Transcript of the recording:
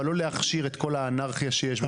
אבל לא להכשיר את כל האנרכיה שיש במקום,